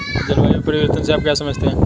जलवायु परिवर्तन से आप क्या समझते हैं?